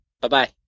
Bye-bye